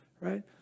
right